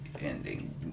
ending